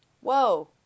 whoa